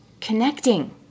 connecting